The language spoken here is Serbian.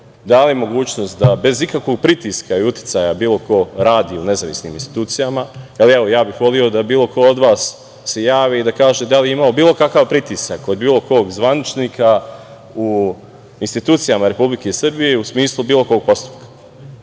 dali mogućnost da bez ikakvog pritiska i uticaja bilo ko radi u nezavisnim institucijama… Ja bih voleo da se bilo ko od vas javi i kaže da li je imao bilo kakav pritisak od bilo kog zvaničnika uinstitucijama Republike Srbije, a u smislu bilo kog postupka,